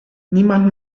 niemand